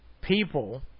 people